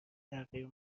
تغییر